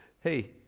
Hey